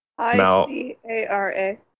I-C-A-R-A